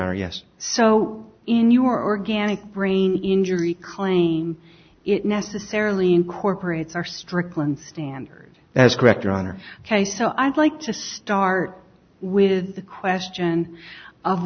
or yes so in your organic brain injury claim it necessarily incorporates our strickland standard that's correct your honor ok so i'd like to start with the question of